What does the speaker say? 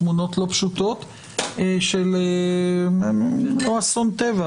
תמונות לא פשוטות של לא אסון טבע,